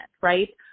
right